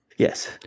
Yes